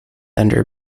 under